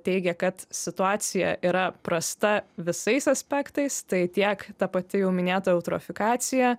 teigia kad situacija yra prasta visais aspektais tai tiek ta pati jau minėta eutrofikacija